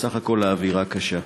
ובסך הכול, האווירה קשה.